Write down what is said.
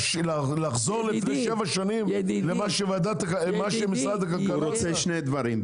לחזור ללפני שבע שנים למה שמשרד הכלכלה --- הוא רוצה שני דברים,